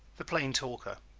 the plain talker